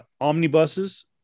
omnibuses